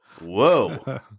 Whoa